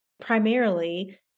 primarily